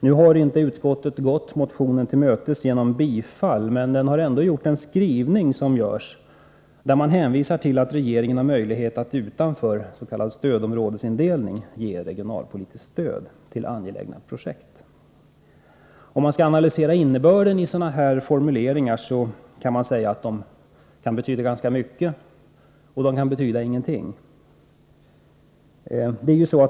Nu har inte utskottet gått motionen till mötes genom bifall, men i skrivningen hänvisas till att regeringen har möjlighet att utanför s.k. stödområdesindelning ge regionalpolitiskt stöd till angelägna projekt. Om man skall analysera innebörden i sådana här formuleringar kan man säga att de kan betyda ganska mycket och att de kan betyda ingenting.